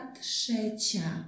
trzecia